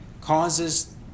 causes